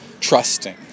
trusting